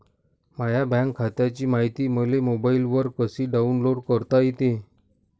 माह्या बँक खात्याची मायती मले मोबाईलवर कसी डाऊनलोड करता येते?